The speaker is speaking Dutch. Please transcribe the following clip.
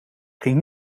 ging